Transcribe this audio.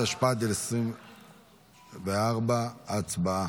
התשפ"ד 2024. הצבעה.